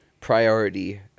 priority